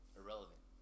irrelevant